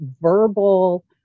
verbal